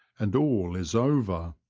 and all is over.